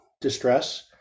distress